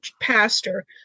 pastor